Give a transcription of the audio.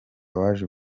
waje